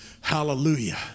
Hallelujah